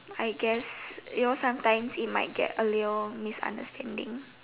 I guess you know sometimes it might get a little misunderstanding